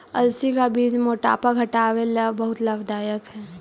अलसी का बीज मोटापा घटावे ला बहुत लाभदायक हई